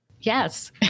Yes